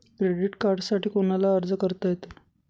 Credit कार्डसाठी कोणाला अर्ज करता येतो?